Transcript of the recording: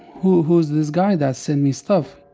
who who is this guy that send me stuff?